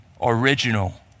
original